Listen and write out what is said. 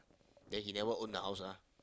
then he never own the house ah